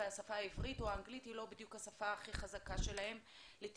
והשפה העברית או האנגלית היא לא בדיוק השפה הכי חזקה שלהם לתקשורת.